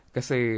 Kasi